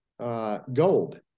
Gold